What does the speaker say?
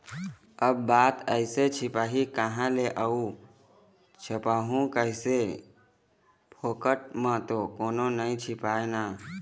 अब बात आइस छपही काँहा ले अऊ छपवाहूँ कइसे, फोकट म तो कोनो नइ छापय ना